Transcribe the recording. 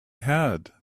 had